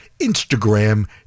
Instagram